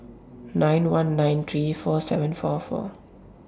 nine one nine three four seven four four